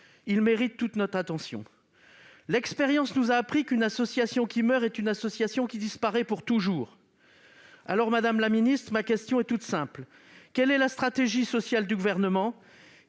il mérite donc toute notre attention. L'expérience nous a appris qu'une association qui meurt est une association qui disparaît pour toujours. Madame la ministre, ma question est toute simple : quelle est la stratégie sociale du Gouvernement ?